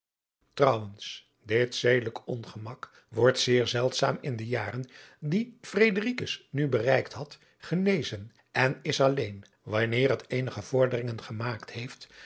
trouwens dit zedelijk ongemak wordt zeer zeldzaam in de jaren die fredericus nu bereikt had genezen en is alleen wanneer het eenige vorderingen gemaakt heeft